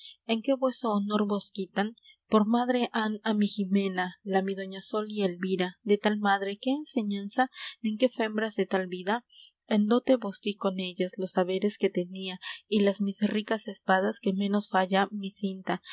en qué vueso honor vos quitan por madre han á mi jimena la mi doña sol y elvira de tal madre qué enseñanza nin qué fembras de tal vida en dote vos dí con ellas los haberes que tenía y las mis ricas espadas que menos falla mi cinta